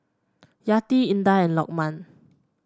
Yati Indah and Lokman